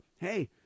hey